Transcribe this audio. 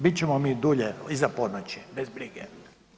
Bit ćemo mi dulje, za ponoći bez brige.